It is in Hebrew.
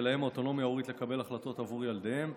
ולהם האוטונומיה ההורית לקבל החלטות בעבור ילדיהם.